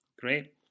Great